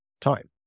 time